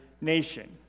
nation